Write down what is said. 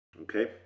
okay